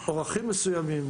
אורכים מסוימים,